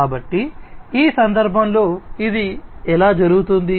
కాబట్టి ఈ సందర్భంలో ఇది ఎలా జరుగుతుంది